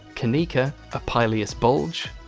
kanika, a pileous bulge,